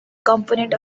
component